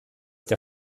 der